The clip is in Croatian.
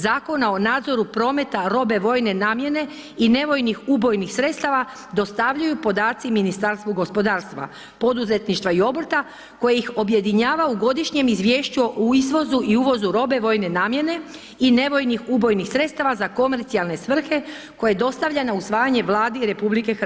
Zakona o nadzoru prometa robe vojne namjene i nevojnih ubojnih sredstava dostavljaju podaci Ministarstvu gospodarstva, poduzetništva i obrta, koji ih objedinjava u godišnjem izvješću o izvozu i uvozu robe vojne namjene i nevojnih ubojnih sredstava za komercijalne svrhe, koje dostavljena na usvajanje Vladi RH.